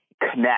connect